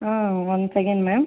ah one second ma'am